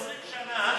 20 שנה,